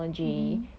mmhmm